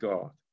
God